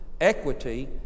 equity